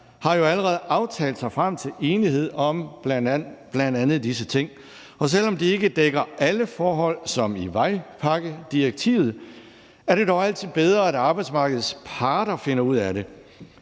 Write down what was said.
sagt, jo allerede aftalt sig til enighed om bl.a. disse ting, og selv om de ikke dækker alle forhold – som i vejpakkedirektivet – er det altid bedre, at arbejdsmarkedets parter finder ud af det.